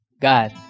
God